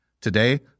Today